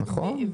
נכון?